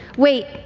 wait.